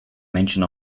mention